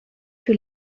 que